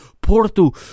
Porto